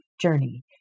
journey